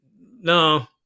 no